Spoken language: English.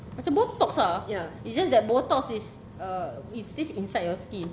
macam botox ah it's just that botox is err it stays inside your skin